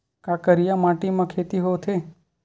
का करिया माटी म खेती होथे?